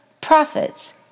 prophets